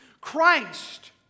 Christ